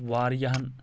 وارِیَہَن